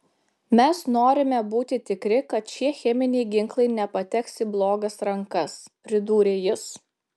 mes norime būti tikri kad šie cheminiai ginklai nepateks į blogas rankas pridūrė jis